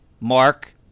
Mark